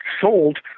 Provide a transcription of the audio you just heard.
sold